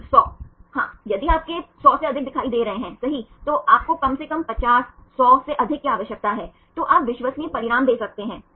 student 100 हाँ यदि आपको 100 से अधिक दिखाई दे रहे हैं सही तो आपको कम से कम 50 100 से अधिक की आवश्यकता है तो आप विश्वसनीय परिणाम दे सकते हैं